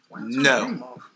no